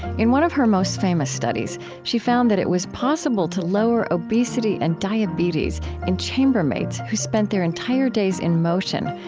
in one of her most famous studies, she found that it was possible to lower obesity and diabetes in chambermaids who spent their entire days in motion,